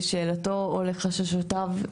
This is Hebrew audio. לשאלתו או לחששותיו,